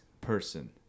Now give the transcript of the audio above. person